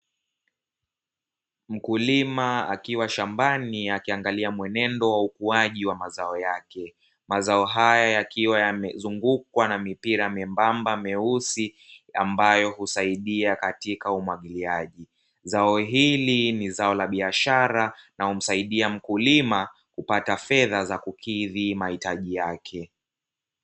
Mkulima akiwa shambani akiangalia mwenendo wa ukuaji wa mazao yake, mazao haya yakiwa yamezungukwa na mipira membamba meusi ambayo husaidia katika umwagiliaji. zao hili ni zao la biashara na humsaidia mkulima kupata fedha za kukidhi mahitaji yake.